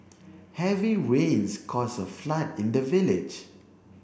heavy rains caused a flood in the village